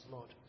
Lord